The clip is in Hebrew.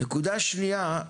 נקודה שנייה,